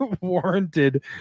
warranted